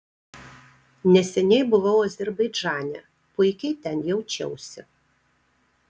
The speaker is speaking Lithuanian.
neseniai buvau azerbaidžane puikiai ten jaučiausi